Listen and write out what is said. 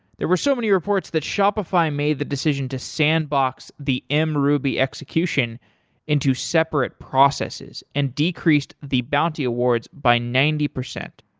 there were so many reports that shopify made the decision to sandbox the mruby execution into separate processes and decreased the bounty awards by ninety percent.